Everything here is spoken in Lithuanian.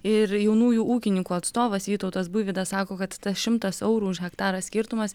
ir jaunųjų ūkininkų atstovas vytautas buivydas sako kad šimtas eurų už hektarą skirtumas